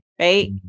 right